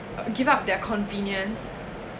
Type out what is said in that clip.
uh give up their convenience